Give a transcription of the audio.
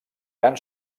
gran